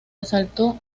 asalto